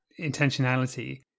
intentionality